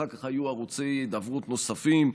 אחר כך היו ערוצי הידברות נוספים,